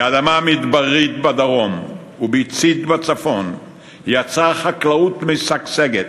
מאדמה מדברית בדרום וביצות בצפון יצרה חקלאות משגשגת.